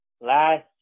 last